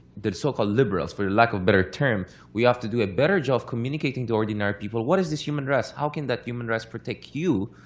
the so-called liberals for lack of a better term, we have to do a better job of communicating to ordinary people, what is this human rights. how can that human rights protect you,